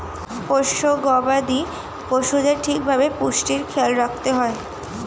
পোষ্য গবাদি পশুদের ঠিক ভাবে পুষ্টির খেয়াল রাখতে হয়